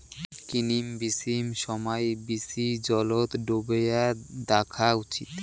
কিনিম বিচিম সমাই বীচি জলত ডোবেয়া দ্যাখ্যা উচিত